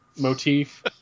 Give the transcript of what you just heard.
Motif